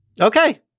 Okay